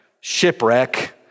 shipwreck